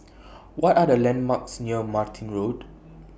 What Are The landmarks near Martin Road